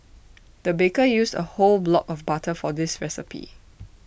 the baker used A whole block of butter for this recipe